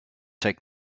take